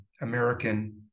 American